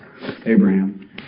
Abraham